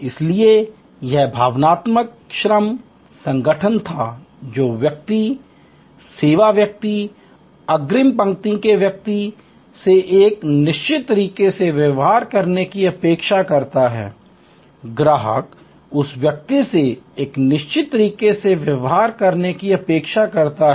इसलिए यह भावनात्मक श्रम संगठन था जो व्यक्ति सेवा व्यक्ति अग्रिम पंक्ति के व्यक्ति से एक निश्चित तरीके से व्यवहार करने की अपेक्षा करता है ग्राहक उस व्यक्ति से एक निश्चित तरीके से व्यवहार करने की अपेक्षा करते हैं